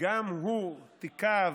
גם הוא, תיקיו,